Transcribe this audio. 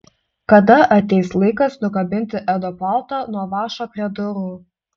kada ateis laikas nukabinti edo paltą nuo vąšo prie durų